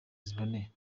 ziboneye